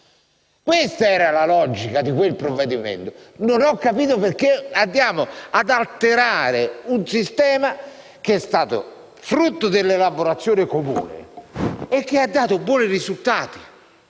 questa era la logica del provvedimento. Non ho capito perché andiamo ad alterare un sistema che è stato frutto dell'elaborazione comune e che ha dato buoni risultati.